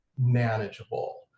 manageable